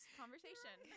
conversation